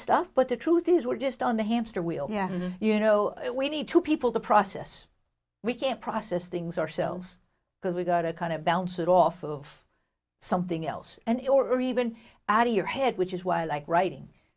stuff but the truth is we're just on the hamster wheel you know we need two people to process we can't process things ourselves because we've got a kind of bounce it off of something else and or even add to your head which is why i like writing